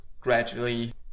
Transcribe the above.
gradually